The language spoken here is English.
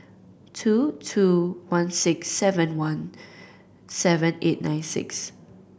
two two one six seven one seven eight nine six